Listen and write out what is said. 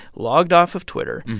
logged off of twitter,